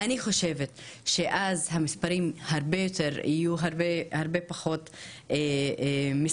אני חושבת, שאז המספרים יהיו הרבה פחות משמחים.